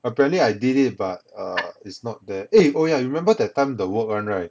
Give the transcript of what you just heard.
apparently I did it but err is not that eh oh ya you remember that time the work [one] right